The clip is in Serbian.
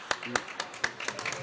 Hvala.